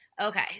Okay